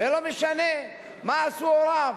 ולא משנה מה עשו הוריו,